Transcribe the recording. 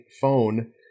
phone